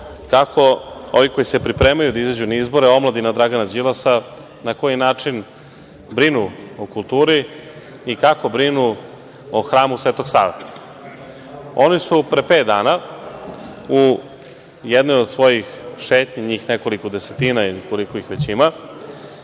kako ovi koji se pripremaju da izađu na izbore, omladina Dragana Đilasa, na koji način brinu o kulturi i kao brinu o Hramu Sveto Save. Oni su pre pet dana u jednoj od svojih šetnji, njih nekoliko desetina ili koliko ih već ima,